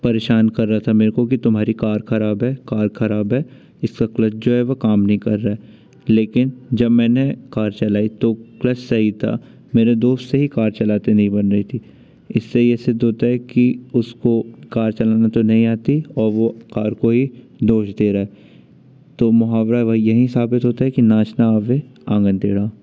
परेशान कर रहा था मेरे को कि तुम्हारी कार खराब है कार खराब है जो है वो काम नहीं कर रहा है लेकिन जब मैंने कार चलाई तो क्लच सही था मेरे दोस्त से ही कार चलाते ही नहीं बन रही थी इससे ये सिद्ध होता है कि उसको कार चलानी तो नहीं आती और वो कार को ही दोष दे रहा है तो मुहावरा यही साबित होता है कि नाच ना आवे आंगन टेढ़ा